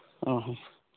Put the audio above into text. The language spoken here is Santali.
ᱚ ᱦᱚᱸ